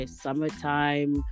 summertime